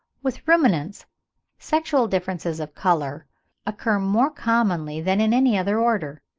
with ruminants sexual differences of colour occur more commonly than in any other order.